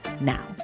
now